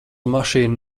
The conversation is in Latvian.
mašīnu